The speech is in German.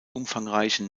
umfangreichen